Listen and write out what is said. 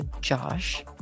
Josh